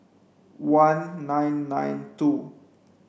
one nine nine two